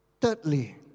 Thirdly